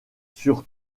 sur